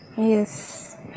Yes